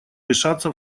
решаться